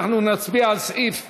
אנחנו נצביע על סעיף 84,